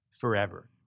forever